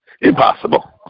Impossible